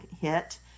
hit